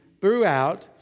throughout